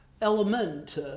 element